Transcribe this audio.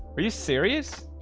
are you serious?